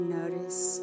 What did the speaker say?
notice